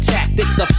Tactics